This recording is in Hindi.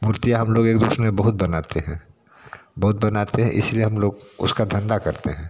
मूर्तियाँ हम लोग बहुत बनाते हैं बहुत बनाते हैं इसलिए हम लोग उसका धंधा करते हैं